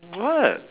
what